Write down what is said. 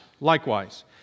likewise